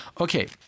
okay